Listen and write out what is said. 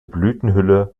blütenhülle